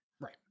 right